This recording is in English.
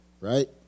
right